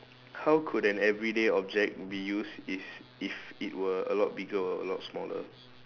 how could an everyday object be used if if it were a lot bigger or a lot smaller